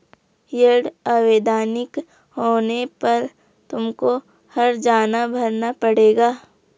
yield अवैधानिक होने पर तुमको हरजाना भरना पड़ेगा